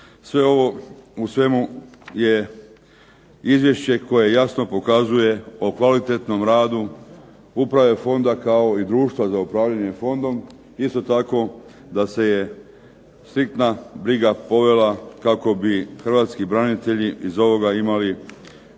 Sve ovo u svemu je izvješće koje jasno pokazuje o kvalitetnom radu uprave fonda, kao i društva za upravljanje fondom. Isto tako da se striktna briga povela kako bi hrvatski branitelji iz ovoga imali